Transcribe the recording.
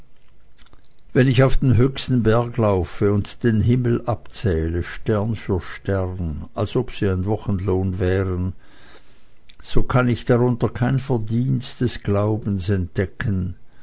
wenn ich auf den höchsten berg laufe und den himmel abzähle stern für stern als ob sie ein wochenlohn wären so kann ich darunter kein verdienst des glaubens entdecken